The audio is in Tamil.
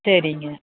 சரிங்க